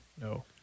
No